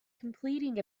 completing